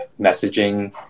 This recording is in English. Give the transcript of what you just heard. messaging